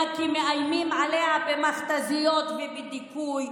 כי מאיימים עליה במכת"זיות ובדיכוי.